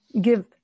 Give